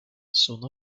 sono